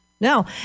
No